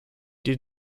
die